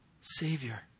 Savior